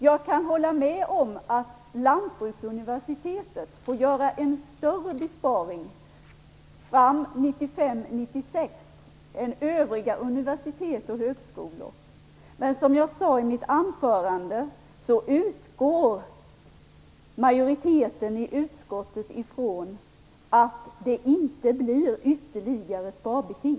Jag kan hålla med om att Lantbruksuniversitet får göra en större besparing fram till 1995/96 än övriga högskolor och universitet. Men som jag sade i mitt anförande utgår utskottsmajoriteten ifrån att det inte blir ytterligare sparbeting.